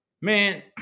man